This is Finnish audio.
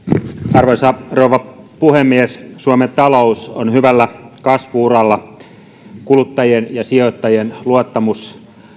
arvoisa rouva puhemies suomen talous on hyvällä kasvu uralla kuluttajien ja sijoittajien luottamus